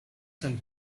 some